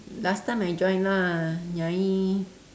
last time I join lah nyai